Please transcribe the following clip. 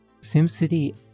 SimCity